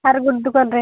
ସ୍ୟାଡ଼େ